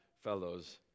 fellows